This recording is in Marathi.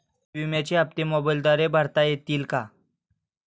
विम्याचे हप्ते मोबाइलद्वारे भरता येतील का?